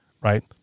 right